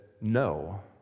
no